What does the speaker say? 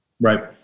Right